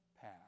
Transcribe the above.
path